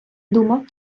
думав